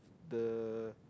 the